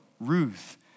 Ruth